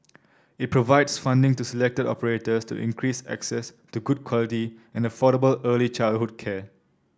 it provides funding to selected operators to increase access to good quality and affordable early childhood care